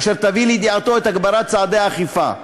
אשר תביא לידיעתו את הגברת צעדי האכיפה.